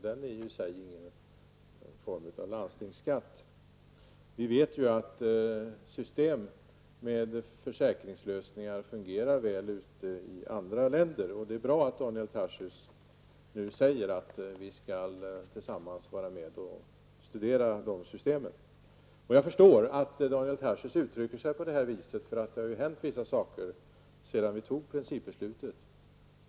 Den är i sig ingen form av landstingsskatt. Vi vet att system med försäkringslösningar fungerar väl i andra länder, och det är bra att Daniel Tarschys nu säger att vi skall tillsammans studera de systemen. Jag förstår att Daniel Tarschys uttrycker sig på det här viset, för det har ju hänt vissa saker sedan vi tog principbeslutet.